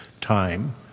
time